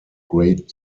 great